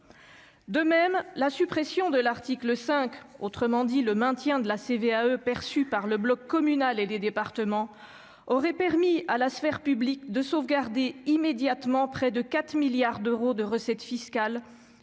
De même, la suppression de l'article 5, qui aurait sauvé la CVAE perçue par le bloc communal et les départements, aurait garanti à la sphère publique de sauvegarder immédiatement près de 4 milliards d'euros de recettes fiscales,